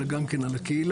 אלא גם כן על הקהילה.